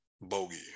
Bogey